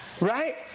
Right